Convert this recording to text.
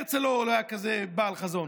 הרצל לא היה כזה בעל חזון.